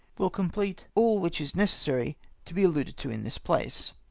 will complete all which is necessary to be auuded to in this place.